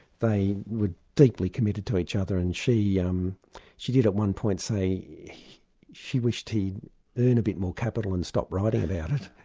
they were deeply committed to each other. and she um she did at one point say she wished he earned a bit more capital and stop writing about it,